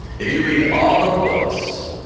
if you read all the books,